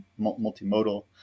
multimodal